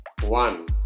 One